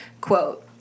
quote